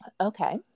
Okay